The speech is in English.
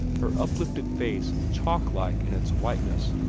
her uplifted face chalk-like in its whiteness,